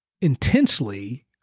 intensely